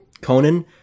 Conan